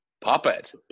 puppet